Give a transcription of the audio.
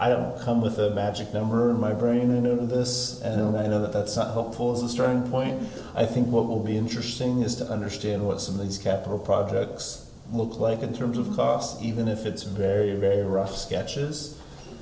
i don't come with a magic number in my brain i knew this and i know that that's not hopeful is a strong point i think what will be interesting is to understand what some of these capital projects look like in terms of cost even if it's a very very rough sketches